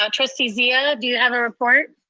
um trustee zia, do you have a report?